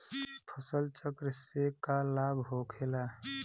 फसल चक्र से का लाभ होखेला?